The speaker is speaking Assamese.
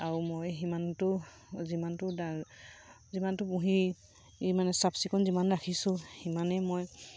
আৰু মই সিমানটো যিমানটো যিমানটো পুহি ইমান চাফ চিকুণ যিমান ৰাখিছোঁ সিমানেই মই